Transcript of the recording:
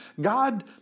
God